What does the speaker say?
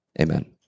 amen